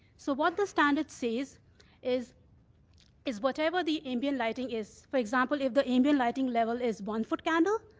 so what the standard says is is whatever the ambient lighting is for example, if the ambient lighting level is one foot candle,